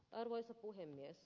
arvoisa puhemies